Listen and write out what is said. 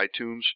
iTunes